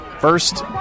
First